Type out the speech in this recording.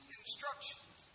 instructions